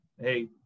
hey